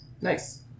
Nice